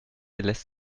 lässt